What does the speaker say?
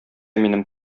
минем